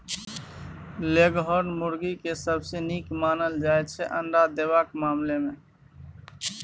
leghorn मुरगी केँ सबसँ नीक मानल जाइ छै अंडा देबाक मामला मे